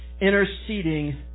interceding